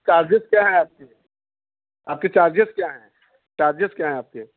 charges क्या हैं आपके आपके चार्जेस क्या हैं चार्जेस क्या हैं आपके